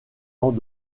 ans